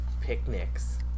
picnics